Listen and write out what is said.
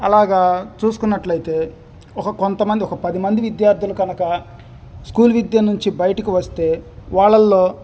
అలాగా చూసుకున్నట్లయితే ఒక కొంతమంది ఒక పదిమంది విద్యార్థులు కనుక స్కూల్ విద్య నుంచి బయటికి వస్తే వాళ్ళల్లో